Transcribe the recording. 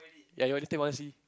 ya you all later wanna see